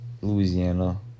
Louisiana